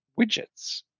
widgets